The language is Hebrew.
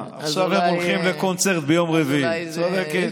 עכשיו הם הולכים לקונצרט ביום רביעי,